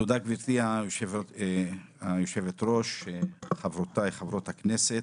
תודה, גברתי היושבת-ראש, חברותי חברי הכנסת,